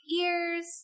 ears